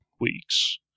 weeks